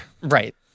Right